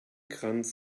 kranz